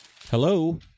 Hello